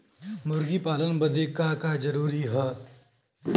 मुर्गी पालन बदे का का जरूरी ह?